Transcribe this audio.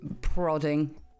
prodding